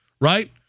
right